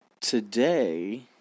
Today